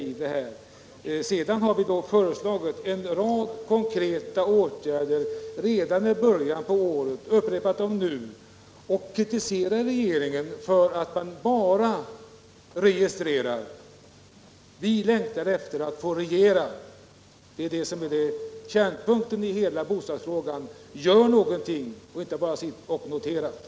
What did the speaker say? Vi har redan i början av året föreslagit en rad konkreta åtgärder och upprepat dem nu. Och vi kritiserar regeringen för att den bara registrerar. Vi längtar efter att få regera. Det är det som är kärnpunkten i hela bostadsfrågan. Gör någonting och sitt inte bara och registrera.